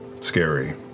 scary